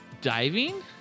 Diving